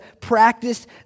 practice